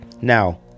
Now